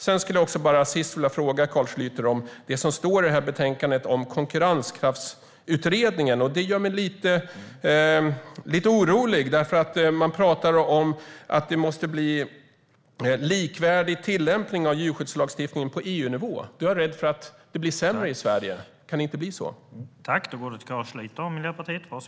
Till sist vill jag också fråga Carl Schlyter om det som står i det här betänkandet om Konkurrenskraftsutredningen. Det gör mig lite orolig, för man pratar om att det måste bli likvärdig tillämpning av djurskyddslagstiftningen på EU-nivå. Jag är rädd för att det blir sämre i Sverige då. Kan det inte bli så?